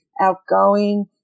outgoing